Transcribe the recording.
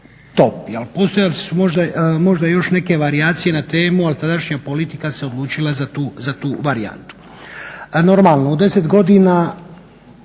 top. Postojale su možda još neke varijacije na temu, ali tadašnja politika se odlučila za tu varijantu. Normalno, u 10 godina